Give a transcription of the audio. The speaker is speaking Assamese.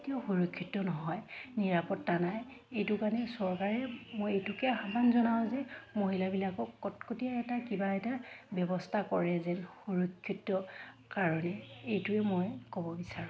কেতিয়াও সুৰক্ষিত নহয় নিৰাপত্তা নাই এইটো কাৰণে চৰকাৰে মই এইটোকে আহ্বান জনাওঁ যে মহিলাবিলাকক কটকটীয়া এটা কিবা এটা ব্যৱস্থা কৰে যেন সুৰক্ষিত কাৰণে এইটোৱে মই ক'ব বিচাৰোঁ